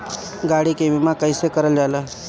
गाड़ी के बीमा कईसे करल जाला?